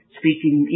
speaking